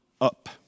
up